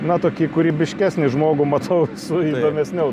na tokį kūrybiškesnį žmogų matau su įdomesniu